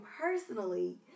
personally